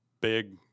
big